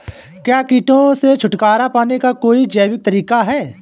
क्या कीटों से छुटकारा पाने का कोई जैविक तरीका है?